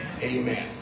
Amen